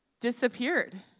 disappeared